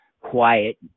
quiet